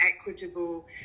equitable